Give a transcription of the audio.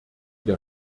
der